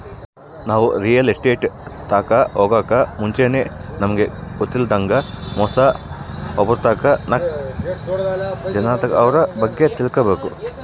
ನಾವು ರಿಯಲ್ ಎಸ್ಟೇಟ್ನೋರ್ ತಾಕ ಹೊಗಾಕ್ ಮುಂಚೆಗೆ ನಮಿಗ್ ಗೊತ್ತಿಲ್ಲದಂಗ ಮೋಸ ಹೊಬಾರ್ದಂತ ನಾಕ್ ಜನರ್ತಾಕ ಅವ್ರ ಬಗ್ಗೆ ತಿಳ್ಕಬಕು